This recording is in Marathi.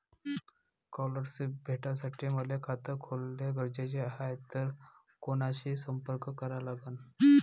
स्कॉलरशिप भेटासाठी मले खात खोलने गरजेचे हाय तर कुणाशी संपर्क करा लागन?